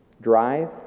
Drive